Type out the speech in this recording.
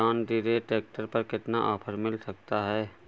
John Deere tractor पर कितना offer मिल सकता है?